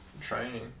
training